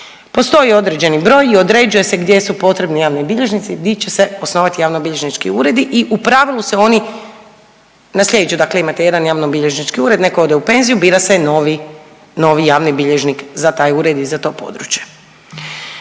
Postoji određeni broj i određuje se gdje su potrebni javni bilježnici i di će se osnovati javnobilježnički uredi i u pravilu se oni nasljeđuju, dakle imate jedan javnobilježnički ured, netko ode u penziju bira se novi, novi javni bilježnik za taj ured i za to područje.